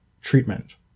treatment